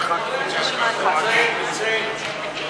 הכנסת ג'מאל זחאלקה, חנין זועבי ובאסל גטאס.